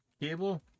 Cable